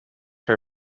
her